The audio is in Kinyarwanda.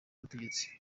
ubutegetsi